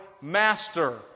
master